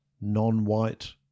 non-white